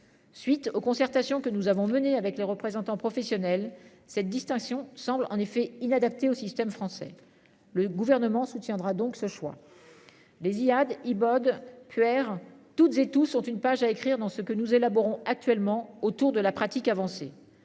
Suite aux concertations que nous avons menée avec les représentants professionnels cette distinction semble en effet inadaptés au système français. Le gouvernement soutiendra donc ce choix. Les Ziad Bode QR toutes et tous sont une page à écrire dans ce que nous élaborons actuellement autour de la pratique avancée